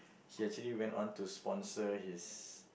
he actually went on to sponsor his